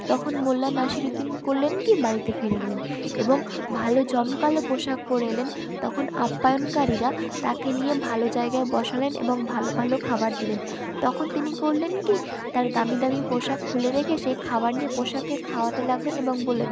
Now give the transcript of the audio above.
তখন মোল্লা নাসিরুদ্দিন করলেন কী বাড়িতে ফিরে গেলেন এবং ভালো জমকালো পোশাক পরে এলেন তখন আপ্যায়নকারীরা তাকে নিয়ে ভালো জায়গায় বসালেন এবং ভালো ভালো খাবার দিলেন তখন তিনি করলেন কী তার দামি দামি পোশাক খুলে রেখে সে খাবার নিয়ে পোশাককে খাওয়াতে লাগলেন এবং বললেন